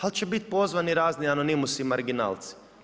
Ali će biti pozvani razni anonimusi i marginalci.